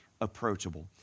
approachable